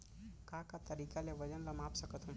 का का तरीक़ा ले वजन ला माप सकथो?